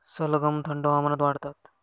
सलगम थंड हवामानात वाढतात